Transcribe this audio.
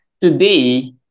Today